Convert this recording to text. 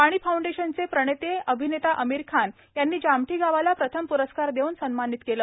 पाणी फांडंडेशनचे प्रणेते अभिनेता आमिर खान यांनी जामठी गावाला प्रथम प्रस्कार देऊन सन्मानित केलं